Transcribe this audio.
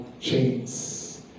chains